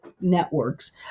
networks